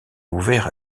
ouvert